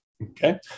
Okay